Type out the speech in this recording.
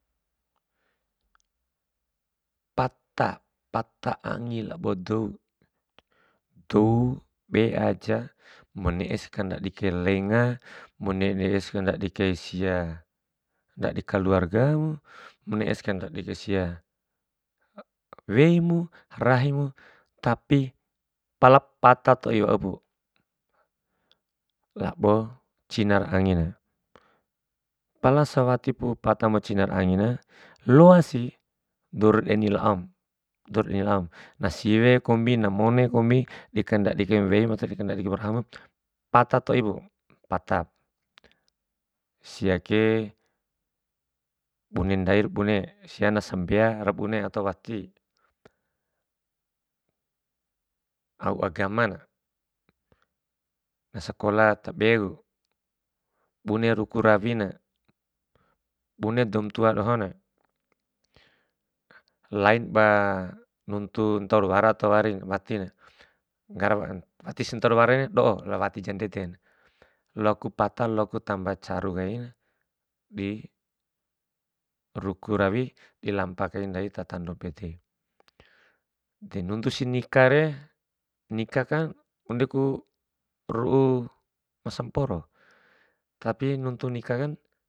Pata, pata angi labo dau, dau be aja mane'es kandadi kain lenga, ma ma ne'e si kandadi kai sia ndadi keluarga mu, ma ne'esi kandadi kai sia weimu, rahimu tapi pala pata toi waup, labo cinar angina. Pala sewatipu pata mu cinar angina, loasi dour de'ni laom dour de'ni laom, na siwe kombi, na mone kombi, di kandadi kaim weim ato di kandadi kaim aum, pata toip patap. Siake bune ndair bune, sia na sambea ra bune ato wati, au agaman, nasakolah tabeku, bune ruku rawina, bune daum tua dohona, lain ba nuntu ntaur wara ato wari watire watisi ntau wara do'o la wati jandede, loaku pata, loaku tamba caru kai di ruku rawi, dilampa kai ndai tatando pede. De nuntusi nikare, nikakan indoku ru'u masamporo tapi nuntu nikakan.